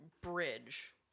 bridge